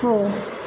हो